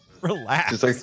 relax